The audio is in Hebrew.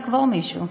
לקבור מישהו.